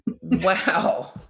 Wow